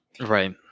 Right